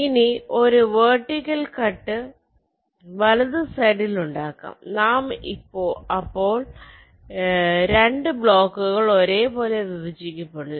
ഇനി ഒരു vertical cut വലതു സൈഡിൽ ഉണ്ടാക്കാം നാം അപ്പോൾ ഇപ്പോൾ രണ്ട് ബ്ലോക്കുകൾ ഒരേപോലെ വിഭജിക്കപ്പെടുന്നു